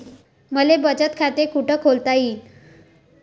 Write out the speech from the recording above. मले बचत खाते कुठ खोलता येईन?